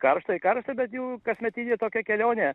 karšta karšta bet jau kasmetinė tokia kelionė